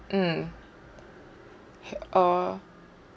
mm h~ oh